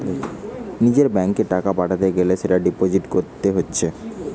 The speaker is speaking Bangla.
নিজের ব্যাংকে টাকা পাঠাতে গ্যালে সেটা ডিপোজিট কোরতে হচ্ছে